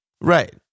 Right